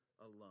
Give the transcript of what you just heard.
alone